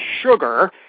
sugar